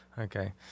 Okay